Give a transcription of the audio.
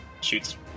shoots